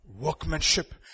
Workmanship